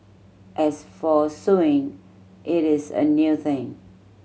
as for suing it is a new thing